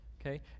okay